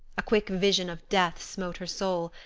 a quick vision of death smote her soul,